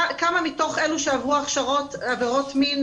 כמה מתוך אלה שעברו הכשרות עבירות מין